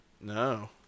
No